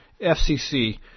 FCC